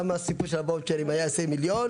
גם מהסיפור של הואוצ'רים היה 20 מיליון.